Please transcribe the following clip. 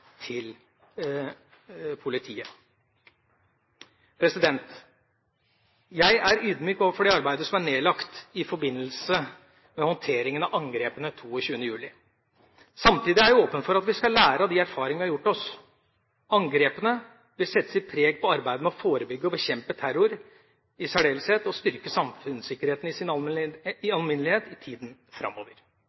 til politiet. Jeg er ydmyk overfor det arbeidet som er nedlagt i forbindelse med håndteringen av angrepene 22. juli. Samtidig er jeg åpen for at vi skal lære av de erfaringene vi har gjort oss. Angrepene vil sette sitt preg på arbeidet med å forebygge og bekjempe terror i særdeleshet, og styrke samfunnssikkerheten i sin alminnelighet, i tida framover.